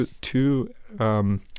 two